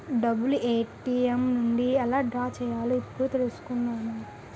డబ్బులు ఏ.టి.ఎం నుండి ఎలా డ్రా చెయ్యాలో ఇప్పుడే తెలుసుకున్నాను